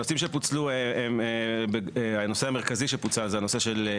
הנושא המרכזי שפוצל זה הנושא של,